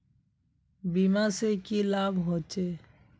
बीमा से की लाभ होचे?